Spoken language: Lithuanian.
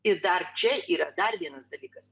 ir dar čia yra dar vienas dalykas